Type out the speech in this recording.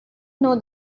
know